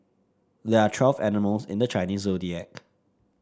there are twelve animals in the Chinese Zodiac